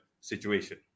situation